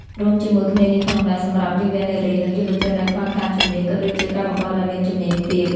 រួមជាមួយគ្នានេះផងដែរ សម្រាប់យុវនារី និងយុវជនដែលខ្វះខាតជំនាញ ក៏ដូចជាកម្មករដែលមានជំនាញទាប។